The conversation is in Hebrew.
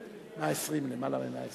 120. יותר מ-120.